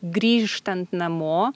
grįžtant namo